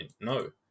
No